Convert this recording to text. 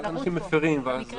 איך זה מופיע שם?